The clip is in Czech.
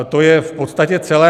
To je v podstatě celé.